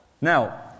Now